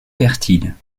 fertile